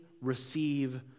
receive